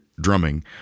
drumming